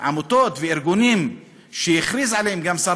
עמותות וארגונים שהכריז עליהם גם שר